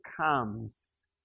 Comes